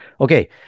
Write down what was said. Okay